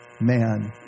man